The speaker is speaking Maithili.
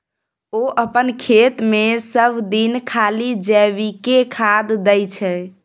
ओ अपन खेतमे सभदिन खाली जैविके खाद दै छै